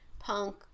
punk